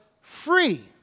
free